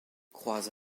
croise